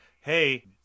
hey